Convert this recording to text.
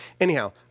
Anyhow